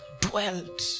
dwelt